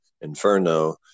inferno